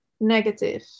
negative